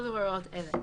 יחולו הוראות אלה: